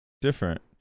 different